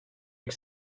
ich